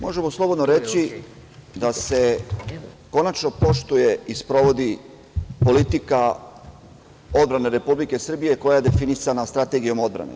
Možemo slobodno reći da se konačno poštuje i sprovodi politika odbrane Republike Srbije koja je definisana Strategijom odbrane.